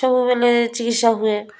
ସବୁବେଳେ ଚିକିତ୍ସା ହୁଏ